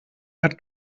hat